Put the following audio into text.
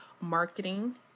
marketing